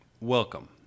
welcome